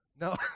No